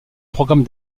programme